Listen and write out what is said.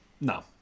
no